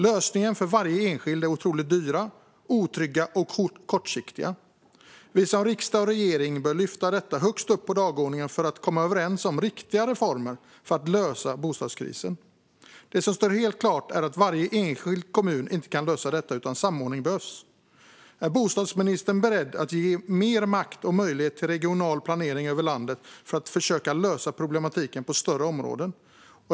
Lösningarna för varje enskild person är otroligt dyra, otrygga och kortsiktiga. Vi från riksdag och regering bör lyfta detta högst upp på dagordningen för att komma överens om riktiga reformer för att lösa bostadskrisen. Det som står helt klart är att varje enskild kommun inte kan lösa detta, utan samordning behövs. Är bostadsministern beredd att ge mer makt och möjlighet till regional planering över landet för att försöka lösa problematiken på större områden?